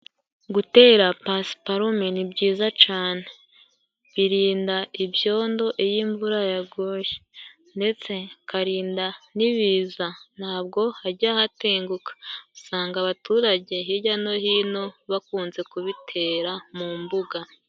Gutera pasiparume ni byiza cane. Birinda ibyondo iyo imvura yaguye. Ndetse bikarinda n'ibiza. Ntabwo hajya hatenguka usanga abaturage hirya no hino bakunze kubitera mu mbuga.